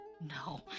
No